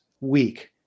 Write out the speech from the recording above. week